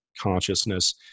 consciousness